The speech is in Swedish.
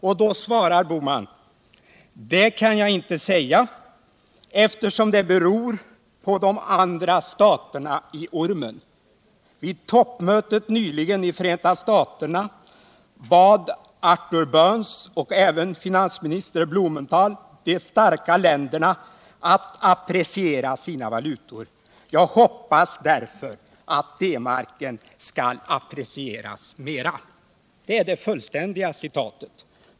På det svarar herr Bohman: ”Det kan jag inte säga, eftersom det beror på de andra staterna i ormen. Vid toppmötet nyligen i Förenta Staterna bad Arthur Burns, och även finansminister Blumenthal, de starka länderna att appreciera sina valutor. Jag hoppas därför att D-marken skall apprecieras mera.” Det är det fullständiga citatet.